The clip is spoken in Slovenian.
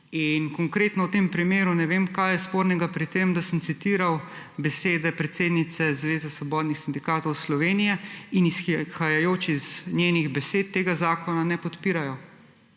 Konkretno v tem primeru ne vem, kaj je spornega pri tem, da sem citiral besede predsednice Zveze svobodnih sindikatov Slovenije in izhajajoč iz njenih besed tega zakona ne podpirajo.